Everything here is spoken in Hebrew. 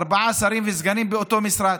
ארבעה שרים וסגנים באותו משרד.